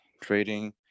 trading